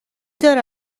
داره